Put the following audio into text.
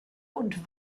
und